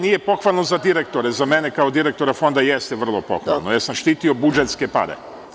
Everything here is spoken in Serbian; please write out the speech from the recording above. Nije pohvalno za direktore, za mene kao direktora Fonda jeste vrlo pohvalno, jer sam štitio budžetske pare.